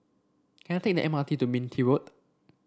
can I take the M R T to Minto Road